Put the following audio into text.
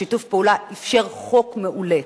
שיתוף הפעולה אפשר חוק מעולה.